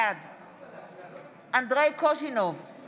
בעד אנדרי קוז'ינוב, בעד